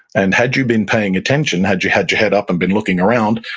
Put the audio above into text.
and had you been paying attention, had you had your head up and been looking around,